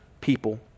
people